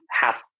half